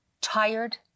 tired